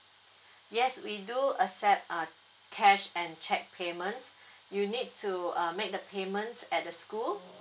yes we do accept uh cash and cheque payments you need to uh make the payments at the school